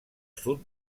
sud